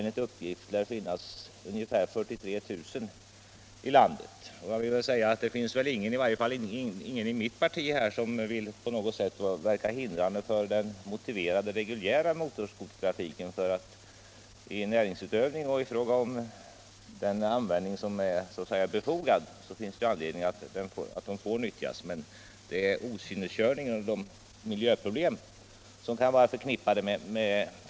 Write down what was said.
Enligt uppgift lär det i dag finnas ungefär 43 000 snöskotrar i landet. Det är väl ingen — i varje fall inte inom mitt parti — som vill hindra den motiverade reguljära skotertrafiken. När fordonen används i näringsutövning och för sådan trafik i övrigt som kan anses befogad finns det naturligtvis anledning att tillåta körningen, men när det gäller okynneskörning krävs en reglering på grund av de miljöproblem som kan vara förknippade därmed.